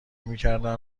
میکردن